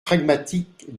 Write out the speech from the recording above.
pragmatique